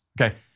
Okay